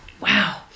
Wow